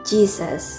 Jesus